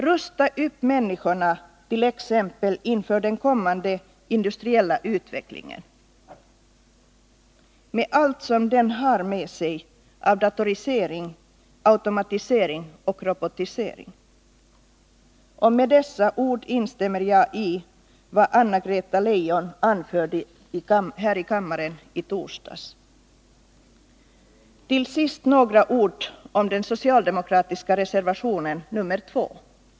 Rusta upp människorna inför den kommande industriella utvecklingen — med allt som den för med sig av datorisering, automatisering och robotisering! Med dessa ord instämmer jag i vad Anna-Greta Leijon anförde här i kammaren i torsdags. Till sist några ord om den socialdemokratiska reservationen nr 2.